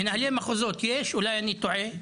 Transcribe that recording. מנהלי מחוזות יש לדעתי ואולי אני טועה,